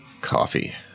coffee